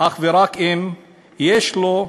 אך ורק אם יש לו,